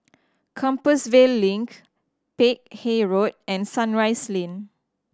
Compassvale Link Peck Hay Road and Sunrise Lane